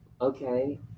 Okay